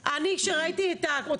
ההתראה.